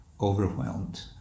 overwhelmed